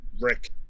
Rick